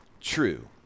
true